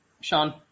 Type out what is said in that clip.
Sean